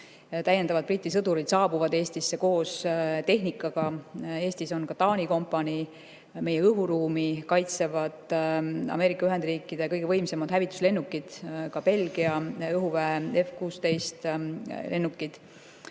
Veel Briti sõdureid saabub Eestisse koos tehnikaga. Eestis on ka Taani kompanii. Meie õhuruumi kaitsevad Ameerika Ühendriikide kõige võimsamad hävituslennukid, ka Belgia õhuväe F-16 lennukid.